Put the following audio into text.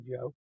Joe